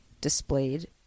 displayed